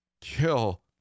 kill